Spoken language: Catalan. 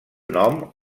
nom